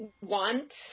want